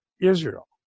Israel